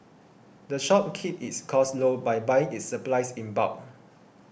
the shop keeps its costs low by buying its supplies in bulk